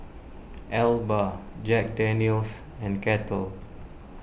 Alba Jack Daniel's and Kettle